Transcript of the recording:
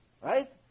Right